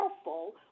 careful